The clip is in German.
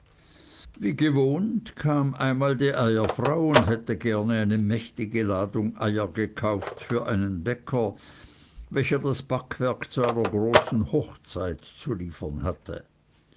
wie gewohnt kam einmal die eierfrau und hätte gerne eine mächtige ladung eier gekauft für einen bäcker welcher das backwerk zu einer großen hochzeit zu liefern hatte